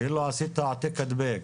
כאילו עשית העתק-הדבק